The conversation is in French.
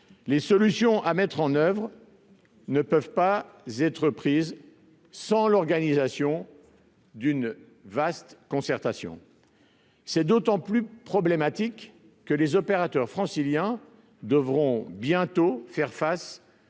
les solutions à mettre en oeuvre ne peuvent être prises sans l'organisation d'une vaste concertation. C'est d'autant plus vrai que les opérateurs franciliens devront bientôt faire face